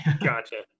Gotcha